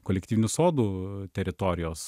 kolektyvinių sodų teritorijos